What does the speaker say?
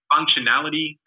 Functionality